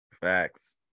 Facts